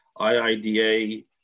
IIDA